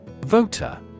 Voter